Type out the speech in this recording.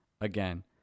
again